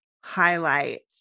highlight